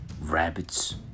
rabbits